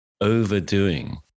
overdoing